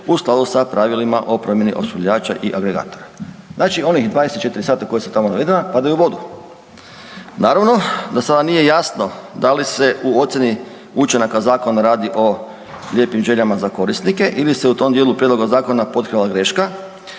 u skladu sa Pravilima o promjeni opskrbljivača i agregatora. Znači onih 24 sata koja su tamo navedena padaju u vodu. Naravno da sada nije jasno da li se u ocijeni učinaka zakona radi o lijepim željama za korisnike ili se u tom dijelu prijedloga zakona potkrala graška